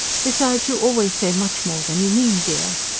besides, you always say much more than you mean, dear.